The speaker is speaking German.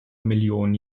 millionen